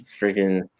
Freaking